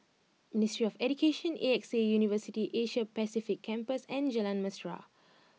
Ministry of Education A X A University Asia Pacific Campus and Jalan Mesra